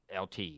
lt